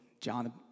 John